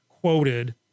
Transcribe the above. quoted